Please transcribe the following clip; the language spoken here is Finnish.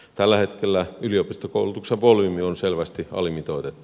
tällä hetkellä yliopistokoulutuksen volyymi on selvästi alimitoitettu